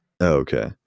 Okay